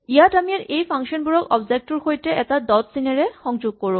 ইয়াত আমি এই ফাংচন বোৰক অবজেক্ট টোৰ সৈতে এটা ডট চিনেৰে সংযোগ কৰোঁ